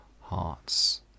hearts